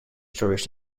stories